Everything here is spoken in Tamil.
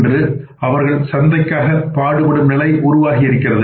இன்று அவர்கள் சந்தைக்காக பாடுபடும் நிலை உருவாகி இருக்கிறது